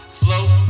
float